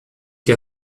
que